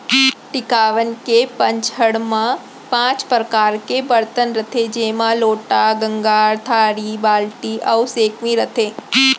टिकावन के पंचहड़ म पॉंच परकार के बरतन रथे जेमा लोटा, गंगार, थारी, बाल्टी अउ सैकमी रथे